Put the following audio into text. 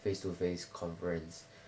face to face conference